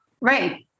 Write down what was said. Right